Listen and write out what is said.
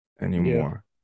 anymore